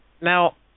Now